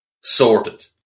sorted